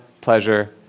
pleasure